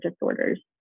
disorders